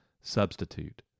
substitute